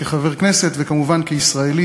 כחבר הכנסת וכמובן כישראלי,